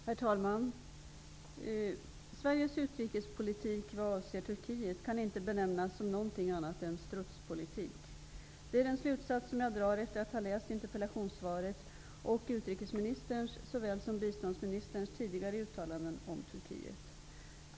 Herr talman! Sveriges utrikespolitik i vad avser Turkiet kan inte benämnas som annat än strutspolitik. Det är den slutsats som jag drar efter att ha hört interpellationssvaret och utrikesministerns såväl som biståndsministerns tidigare uttalanden om Turkiet.